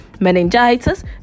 Meningitis